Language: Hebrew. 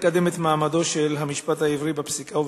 לקדם את מעמדו של המשפט העברי בפסיקה ובחקיקה?